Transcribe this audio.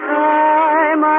time